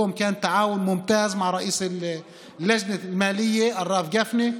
והיום היה שיתוף פעולה מצוין עם יושב-ראש ועדת הכספים הרב גפני,